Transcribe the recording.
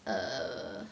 um